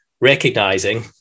recognizing